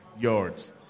yards